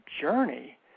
journey